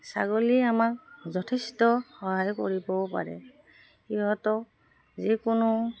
ছাগলী আমাক যথেষ্ট সহায় কৰিবও পাৰে সিহঁতক যিকোনো